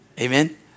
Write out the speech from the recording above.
Amen